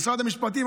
משרד המשפטים,